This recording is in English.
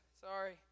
sorry